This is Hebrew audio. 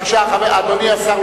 אדוני השר,